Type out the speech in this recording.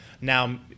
now